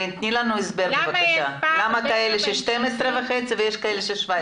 למה יש כאלה של 12,500 ו-17,500.